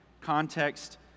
Context